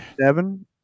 Seven